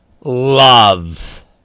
love